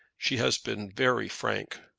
she has been very frank.